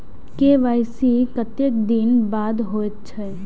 KYC कतेक दिन बाद होई छै?